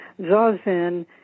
zazen